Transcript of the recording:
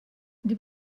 die